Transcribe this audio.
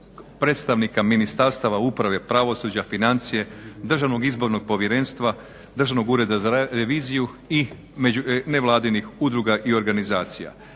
predstavnika Ministarstva uprave, pravosuđa, financije, Državnog izbornog povjerenstva, Državnog ureda za reviziju i nevladinih udruga i organizacija.